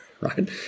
right